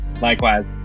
Likewise